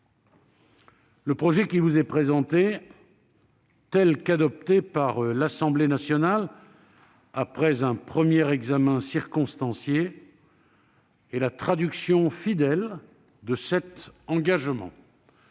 Le projet qui vous est présenté, tel qu'adopté par l'Assemblée nationale après un premier examen circonstancié, est la traduction fidèle de cet engagement.